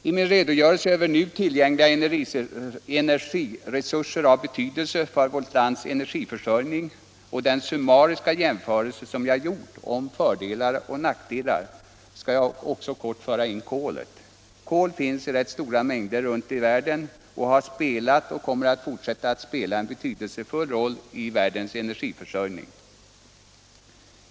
I min redogörelse för nu tillgängliga energiresurser av betydelse för vårt lands energiförsörjning och den summariska jämförelse som jag gjort av fördelar och nackdelar skall jag kort föra in kolet. Kol finns i rätt stora mängder runt om i världen och har spelat och kommer att fortsätta att spela en betydelsefull roll i världens energiförsörjning.